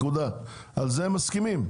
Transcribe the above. על זה הם מסכימים.